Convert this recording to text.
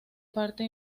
parte